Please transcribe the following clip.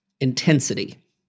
Intensity